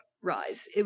rise